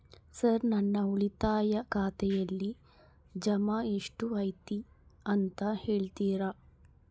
Sir ನನ್ನ ಉಳಿತಾಯ ಖಾತೆಯಲ್ಲಿ ಜಮಾ ಎಷ್ಟು ಐತಿ ಅಂತ ಹೇಳ್ತೇರಾ?